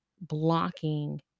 blocking